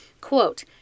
Quote